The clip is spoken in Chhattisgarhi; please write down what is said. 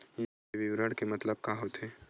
ये विवरण के मतलब का होथे?